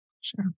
Sure